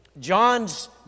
John's